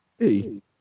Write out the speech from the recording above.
-E